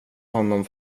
honom